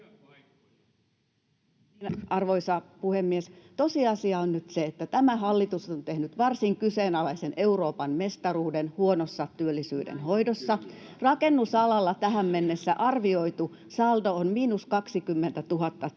Arvoisa puhemies! Tosiasia on nyt se, että tämä hallitus on tehnyt varsin kyseenalaisen euroopanmestaruuden huonossa työllisyyden hoidossa. Rakennusalalla tähän mennessä arvioitu saldo on miinus 20 000